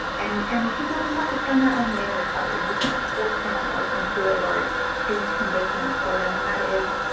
and and people do have to find their own way to recover you can't force someone else into it or change conditions for them and that is,